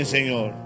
Señor